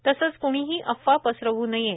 तसेच क्णीही अफवा पसरवू नये